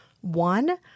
One